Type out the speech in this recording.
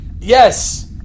Yes